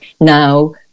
now